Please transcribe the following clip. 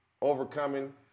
overcoming